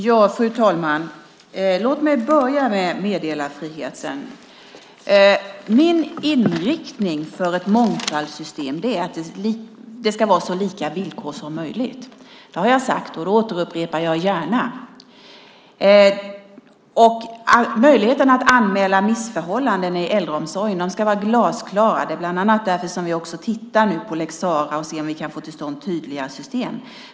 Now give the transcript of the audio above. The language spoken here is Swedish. Fru talman! Låt mig börja med meddelarfriheten. Min inriktning för ett mångfaldssystem är att det ska vara så lika villkor som möjligt. Det har jag sagt, och det återupprepar jag gärna. Möjligheten att anmäla missförhållanden i äldreomsorgen ska vara glasklara. Det är bland annat därför som vi också tittar på lex Sarah och ser om vi kan få till stånd tydligare system.